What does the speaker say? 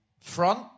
Front